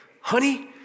Honey